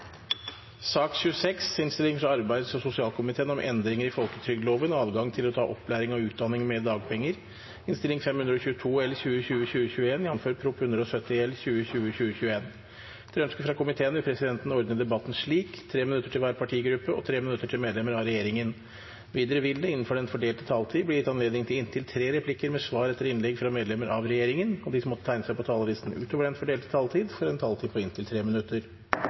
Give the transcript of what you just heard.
slik: 3 minutter til hver partigruppe og 3 minutter til medlemmer av regjeringen. Videre vil det – innenfor den fordelte taletid – bli gitt anledning til inntil tre replikker med svar etter innlegg fra medlemmer av regjeringen, og de som måtte tegne seg på talerlisten utover den fordelte taletid, får også en taletid på 3 minutter.